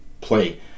play